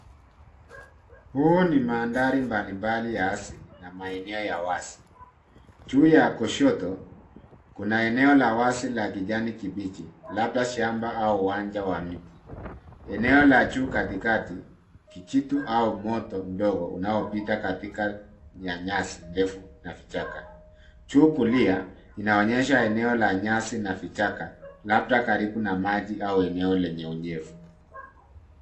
Huu ni mandhari mbalimbali ya asili na maeneo ya wazi. Juu ya kushoto, kuna eneo la wazi la kijani kibichi labda shamba au uwanja wa miti. Eneo la juu katikati, kijitu au moto mdogo unaopita katika nyasi ndefu na vichaka. Juu kulia, inaonyesha eneo la nyasi na vichaka labda karibu na maji au eneo lenye unyevu.